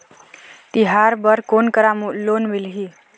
तिहार बर कोन करा लोन मिलही?